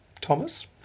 Thomas